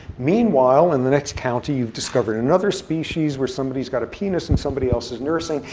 meanwhile in the next county, you've discovered another species where somebody's got a penis and somebody else is nursing.